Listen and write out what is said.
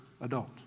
adult